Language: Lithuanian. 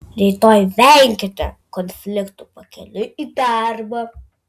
rytoj venkite konfliktų pakeliui į darbą